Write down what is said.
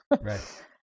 right